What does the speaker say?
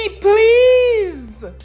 please